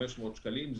500 שקלים,